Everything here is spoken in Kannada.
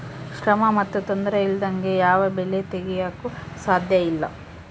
ಶ್ರಮ ಮತ್ತು ತೊಂದರೆ ಇಲ್ಲದಂಗೆ ಯಾವ ಬೆಳೆ ತೆಗೆಯಾಕೂ ಸಾಧ್ಯಇಲ್ಲ